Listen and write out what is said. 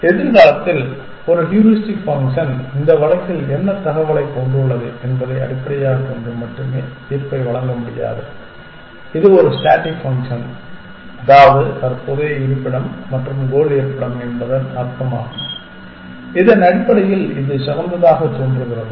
எதிர்காலத்தில் ஒரு heuristic function இந்த வழக்கில் என்ன தகவலைக் கொண்டுள்ளது என்பதை அடிப்படையாகக் கொண்டு மட்டுமே தீர்ப்பை வழங்க முடியாது இது ஒரு ஸ்டேடிக் ஃபங்க்ஷன் அதாவது தற்போதைய இருப்பிடம் மற்றும் கோல் இருப்பிடம் என்பதன் அர்த்தம் ஆகும் இதன் அடிப்படையில் இது சிறந்ததாக தோன்றுகிறது